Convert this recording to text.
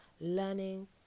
learning